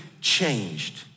changed